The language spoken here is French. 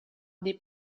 des